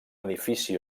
edifici